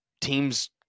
teams